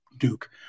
Duke